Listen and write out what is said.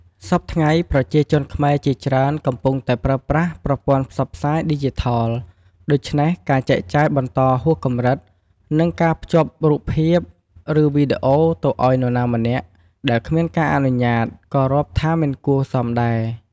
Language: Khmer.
សព្វថ្ងៃ ប្រជាជនខ្មែរជាច្រើនកំពុងតែប្រើប្រាស់ប្រព័ន្ធផ្សព្វផ្សាយឌីជីថល ដូច្នេះ ការចែកចាយបន្តហួសកម្រិត និងការភ្ជាប់រូបភាព ឬ វីដេអូទៅឱ្យនរណាម្នាក់ដែលគ្មានការអនុញ្ញាតិក៏រាប់ថាមិនគួរសមដែរ។